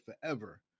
forever